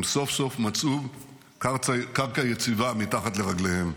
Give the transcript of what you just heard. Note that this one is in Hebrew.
הם סוף סוף מצאו קרקע יציבה מתחת לרגליהם.